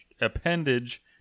appendage